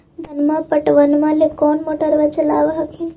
धनमा पटबनमा ले कौन मोटरबा चलाबा हखिन?